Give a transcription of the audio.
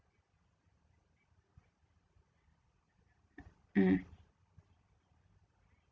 mm